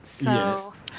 Yes